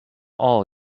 all